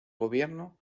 gobierno